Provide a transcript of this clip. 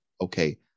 okay